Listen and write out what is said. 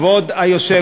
כבוד היושב-ראש,